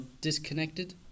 disconnected